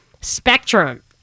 spectrum